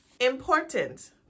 Important